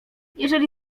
jeżeli